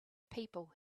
people